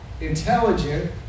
intelligent